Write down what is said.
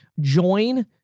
join